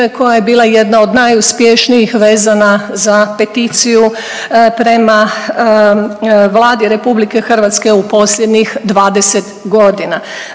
koja je bila jedna od najuspješnijih vezana za peticiju prema Vladi RH u posljednjih 20 godina.